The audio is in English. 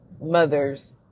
mother's